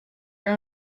your